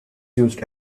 used